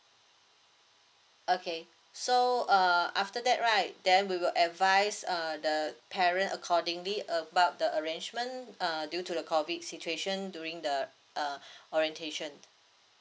okay so err after that right then we will advise err the parent accordingly about the arrangement err due to the COVID situation during the err orientation